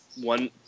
one